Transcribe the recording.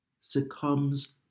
succumbs